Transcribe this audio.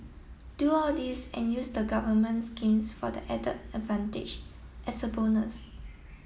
do all this and use the government schemes for the added advantage as a bonus